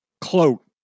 cloak